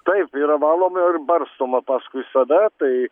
taip yra valoma ir barstoma paskui save tai